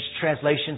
translation